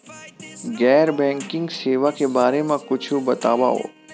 गैर बैंकिंग सेवा के बारे म कुछु बतावव?